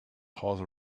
horse